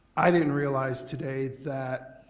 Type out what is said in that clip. i didn't realize today that